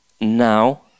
now